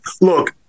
Look